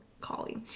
Collie